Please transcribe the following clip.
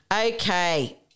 Okay